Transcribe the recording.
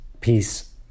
peace